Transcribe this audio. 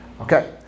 Okay